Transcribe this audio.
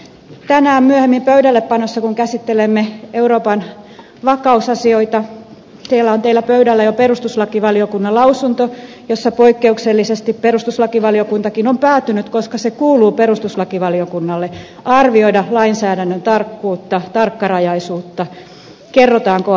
tänään myöhemmin pöydällepanossa käsittelemme euroopan vakausasioita ja siellä teillä on pöydällä jo perustuslakivaliokunnan lausunto jossa poikkeuksellisesti perustuslakivaliokuntakin on päätynyt koska se kuuluu perustuslakivaliokunnalle arvioimaan lainsäädännön tarkkuutta tarkkarajaisuutta kerrotaanko asiat